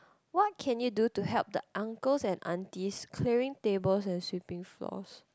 what can you do to help the uncles and aunties clearing tables and sweeping floors